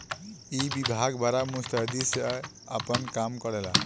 ई विभाग बड़ा मुस्तैदी से आपन काम करेला